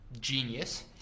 genius